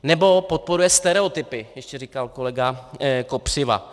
Nebo podporuje stereotypy, ještě říkal kolega Kopřiva.